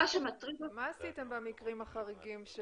מה עשיתם במקרים החריגים?